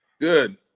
Good